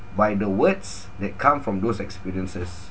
by the words that come from those experiences